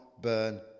Burn